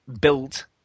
built